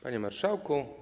Panie Marszałku!